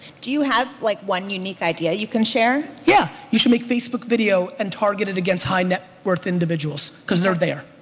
do you have like one unique idea you can share? yeah. you should make facebook video and target it against high net worth individuals cause they're there.